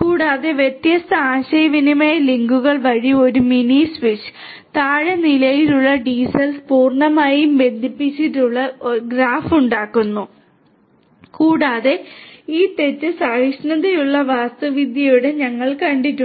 കൂടാതെ വ്യത്യസ്ത ആശയവിനിമയ ലിങ്കുകൾ വഴി ഒരു മിനി സ്വിച്ച് താഴ്ന്ന നിലയിലുള്ള DCells പൂർണ്ണമായി ബന്ധിപ്പിച്ചിട്ടുള്ള ഗ്രാഫ് ഉണ്ടാക്കുന്നു കൂടാതെ ഈ തെറ്റ് സഹിഷ്ണുതയുള്ള വാസ്തുവിദ്യയുണ്ട് ഞങ്ങൾ കണ്ടിട്ടുണ്ട്